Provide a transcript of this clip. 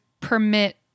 permit